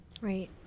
right